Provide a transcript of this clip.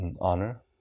honor